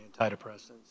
antidepressants